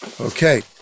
Okay